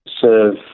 serve